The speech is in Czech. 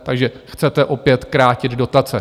Takže chcete opět krátit dotace.